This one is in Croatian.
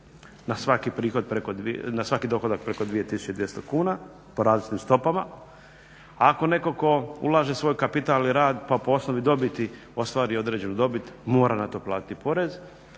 na svaki dohodak preko 2200 kuna, po različitim stopama. Ako netko tko ulaže svoj kapital ili rad pa po osnovi dobiti ostvari određenu dobit mora na to platiti porez.